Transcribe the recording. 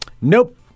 Nope